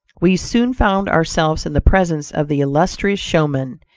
we soon found ourselves in the presence of the illustrious showman,